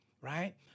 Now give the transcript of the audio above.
right